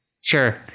Sure